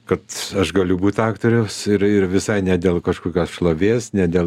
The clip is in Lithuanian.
kad aš galiu būt aktorius ir ir visai ne dėl kažkokios šlovės ne dėl